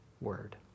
word